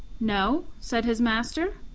no, said his master.